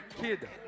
Kid